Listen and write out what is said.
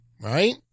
right